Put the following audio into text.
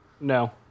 No